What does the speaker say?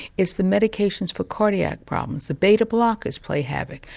it's the medications for cardiac problems, the beta-blockers play havoc,